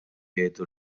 jgħidu